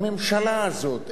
הממשלה הזאת,